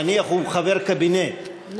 נניח הוא חבר קבינט, נניח.